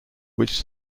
which